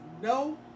no